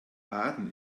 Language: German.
aden